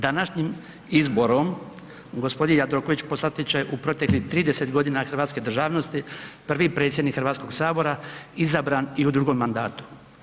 Današnjim izborom gospodin Jandroković postati će u proteklih 30 godina hrvatske državnosti, prvi predsjednik Hrvatskog sabora izabran i u drugom mandatu.